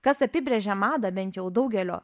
kas apibrėžia madą bent jau daugelio